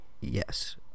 yes